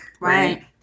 right